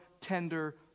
tender